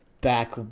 Back